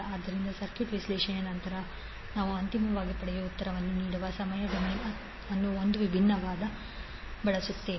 ಆದ್ದರಿಂದ ಸರ್ಕ್ಯೂಟ್ ವಿಶ್ಲೇಷಣೆಯ ನಂತರ ನಾವು ಅಂತಿಮವಾಗಿ ಪಡೆಯುವ ಉತ್ತರವನ್ನು ನೀಡಲು ಸಮಯ ಡೊಮೇನ್ ಅನ್ನು ಒಂದು ವಿಧಾನವಾಗಿ ಬಳಸುತ್ತೇವೆ